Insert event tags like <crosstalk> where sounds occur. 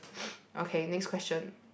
<noise> okay next question